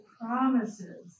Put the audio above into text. promises